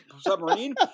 submarine